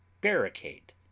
Barricade